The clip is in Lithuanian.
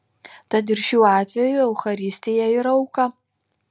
tad ir šiuo atveju eucharistija yra auka